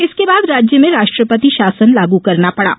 इसके बाद राज्य में राष्ट्रपति शासन लागू करना पड़ा